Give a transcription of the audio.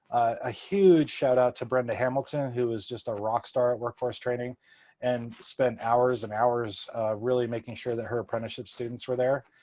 a huge shout-out to brenda hamilton, who is just a rock star at workforce training and spent hours and hours really making sure that her apprenticeship students were there.